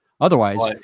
Otherwise